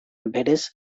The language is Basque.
berez